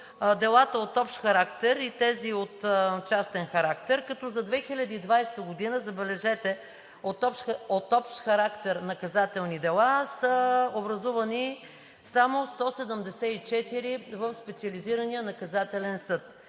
делата от общ характер и тези от частен характер, като за 2020 г., забележете, от общ характер наказателни дела са образувани в Специализирания наказателен съд